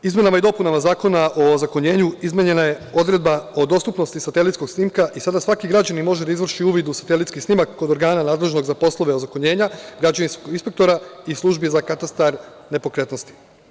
Izmenama i dopunama Zakona o ozakonjenju izmenjena je odredba o dostupnosti satelitskog snimka i sada svaki građanin može da izvrši uvid u satelitski snimak kog organa nadležnog za poslove ozakonjenja, građevinskog inspektora i službi za katastar nepokretnosti.